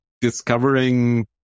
discovering